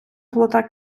плота